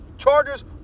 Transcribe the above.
Chargers